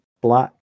black